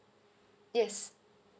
yes